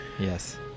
Yes